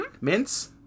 mints